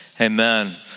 Amen